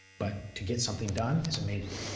but to get something done is amazing.